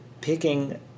picking